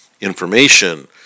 information